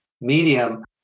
medium